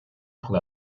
pour